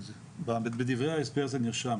בדברי ההסבר זה נרשם.